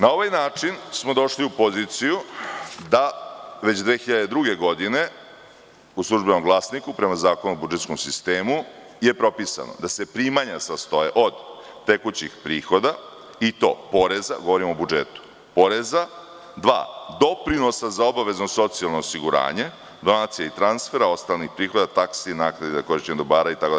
Na ovaj način smo došli u poziciju da već 2002. godine u Službenom glasniku, prema Zakonu o budžetskom sistemu, je propisano da se primanja sastoje od tekućih prihoda i to poreza, govorim o budžetu, dva, doprinosa za obavezno socijalno osiguranje, donacije i transfera, ostalih prihoda, taksi i naknade za korišćenje dobara itd.